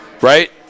Right